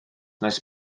nes